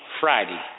Friday